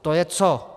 To je co?